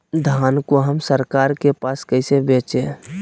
धान को हम सरकार के पास कैसे बेंचे?